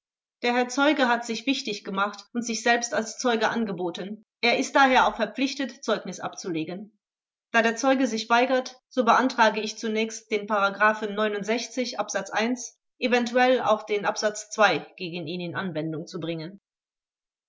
der herr zeuge hat sich wichtig gemacht und sich selbst als zeuge angeboten er ist daher auch verpflichtet zeugnis abzulegen da der zeuge sich weigert so beantrage ich zunächst den ab eventuell auch den absatz gegen ihn in anwendung zu bringen